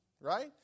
Right